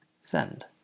send